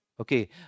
okay